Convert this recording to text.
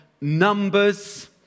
numbers